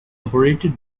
operated